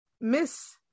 Miss